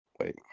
Wait